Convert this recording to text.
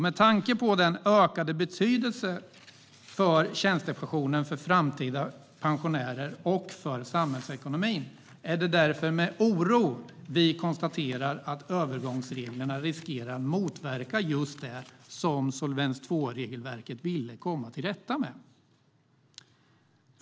Med tanke på den ökade betydelsen av tjänstepensionen för framtida pensionärer och för samhällsekonomin är det därför med oro vi konstaterar att övergångsreglerna riskerar att motverka just det som Solvens II-regelverket ville komma till rätta med.